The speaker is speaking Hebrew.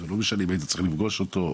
וזה לא משנה אם היית צריך לפגוש אותו,